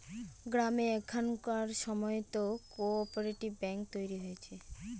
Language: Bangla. গ্রামে এখনকার সময়তো কো অপারেটিভ ব্যাঙ্ক তৈরী হয়েছে